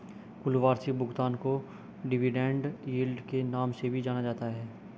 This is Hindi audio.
कुल वार्षिक भुगतान को डिविडेन्ड यील्ड के नाम से भी जाना जाता है